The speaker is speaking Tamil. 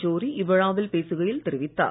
ஜோரி இவ்விழாவில் பேசுகையில் தெரிவித்தார்